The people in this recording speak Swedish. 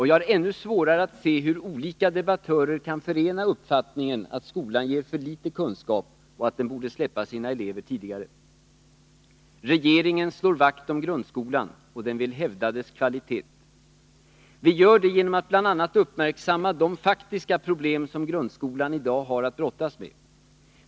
Jag har ännu svårare att se hur olika debattörer kan förena uppfattningen att skolan ger för litet kunskap och att den borde släppa sina elever tidigare. Regeringen slår vakt om grundskolan, och den vill hävda dess kvalitet. Vi gör det genom att bl.a. uppmärksamma de faktiska problem som grundskolan i dag har att brottas med.